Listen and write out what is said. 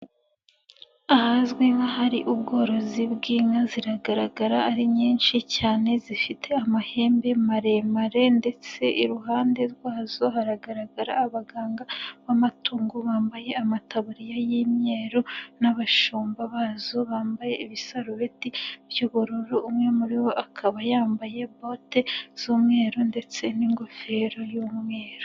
Ahazwi nk'ahari ubworozi bw'inka ziragaragara ari nyinshi cyane zifite amahembe maremare ndetse iruhande rwazo haragaragara abaganga b'amatungo bambaye amataburiya y'imyeru n'abashumba bazo bambaye ibisarubeti by'ubururu umwe muri bo akaba yambaye bote z'umweru ndetse n'ingofero y'umweru.